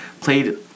Played